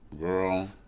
girl